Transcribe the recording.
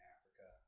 Africa